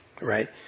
right